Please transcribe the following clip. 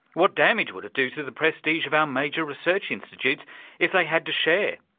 what damage would it do to the prestige of our major research institutes if they had to share?